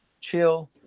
chill